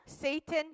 Satan